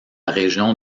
région